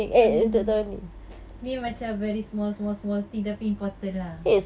um ni macam very small small small thing tapi important lah